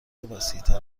وسیعتر